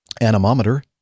anemometer